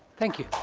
thank you.